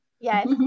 Yes